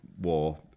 war